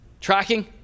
Tracking